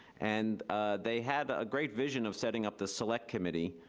and they had a great vision of setting up the select committee,